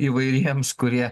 įvairiems kurie